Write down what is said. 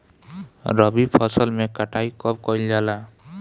रबी फसल मे कटाई कब कइल जाला?